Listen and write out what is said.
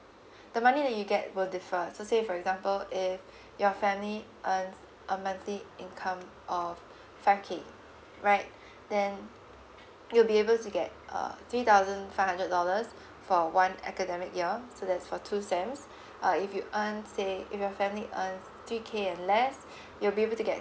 the money that you get will differ so say for example if your family earns a monthly income of five K right then you'll be able to get uh three thousand five hundred dollars for one academic year so that's for two sems uh if you earn say if your family earns three K and less you'll be able to get